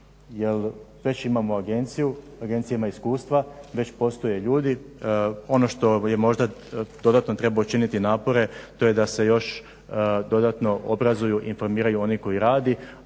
Jel već imamo agenciju, agencija ima iskustva, već postoje ljudi, ono što je, možda dodatno treba učiniti napore, to je da se još dodatno obrazuju, informiraju oni koji, rade